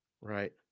Right